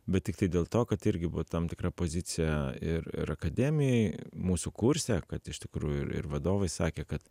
bet tiktai dėl to kad irgi buvo tam tikra pozicija ir ir akademijoj mūsų kurse kad iš tikrųjų ir ir vadovai sakė kad